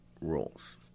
rules